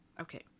Okay